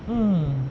mm